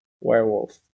werewolf